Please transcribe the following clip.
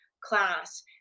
class